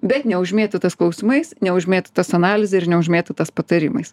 bet neužmėtytas klausimais neužmėtytas analize ir neužmėtytas patarimais